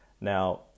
Now